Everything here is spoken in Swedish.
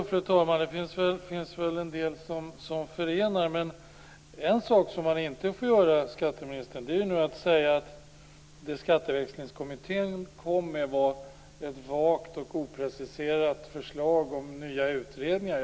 Fru talman! Jodå, det finns väl en del som förenar. Men en sak man inte får göra, skatteministern, är att nu säga att Skatteväxlingskommittén kom med ett vagt och opreciserat förslag om nya utredningar.